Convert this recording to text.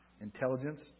intelligence